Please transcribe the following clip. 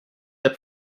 that